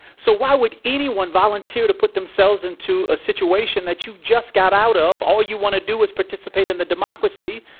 so why would anyone volunteer to put themselves into a situation that you just got out of? all you want to do is participate in the democracy,